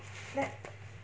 let